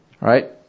right